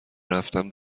رفتن